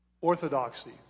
Orthodoxy